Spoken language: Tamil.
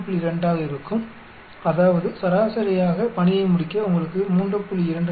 2 ஆக இருக்கும் அதாவது சராசரியாக பணியை முடிக்க உங்களுக்கு 3